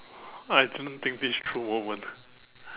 I didn't think this through moment